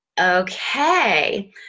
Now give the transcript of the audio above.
okay